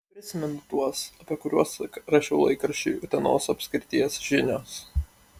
prisimenu tuos apie kuriuos rašiau laikraščiui utenos apskrities žinios